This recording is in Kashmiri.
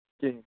کِہیٖنۍ